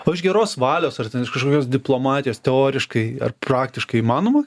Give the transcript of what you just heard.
o iš geros valios ar kažkokios diplomatijos teoriškai ar praktiškai įmanoma